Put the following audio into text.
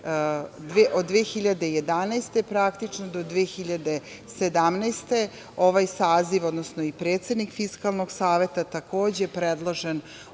godine, praktično, do 2017. godine ovaj saziv, odnosno i predsednik Fiskalnog saveta, takođe, predložen